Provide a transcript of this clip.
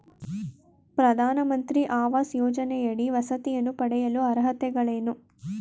ಪ್ರಧಾನಮಂತ್ರಿ ಆವಾಸ್ ಯೋಜನೆಯಡಿ ವಸತಿಯನ್ನು ಪಡೆಯಲು ಅರ್ಹತೆಗಳೇನು?